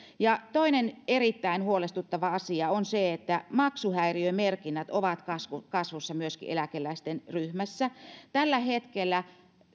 ja toinen erittäin huolestuttava asia on se että maksuhäiriömerkinnät ovat kasvussa kasvussa myöskin eläkeläisten ryhmässä tällä hetkellä